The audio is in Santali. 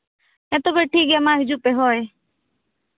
ᱦᱮᱸ ᱛᱚᱵᱮ ᱴᱷᱤᱠ ᱜᱮᱭᱟ ᱢᱟ ᱦᱤᱡᱩᱜ ᱯᱮ ᱦᱳᱭ